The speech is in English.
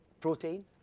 protein